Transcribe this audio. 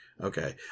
Okay